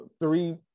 three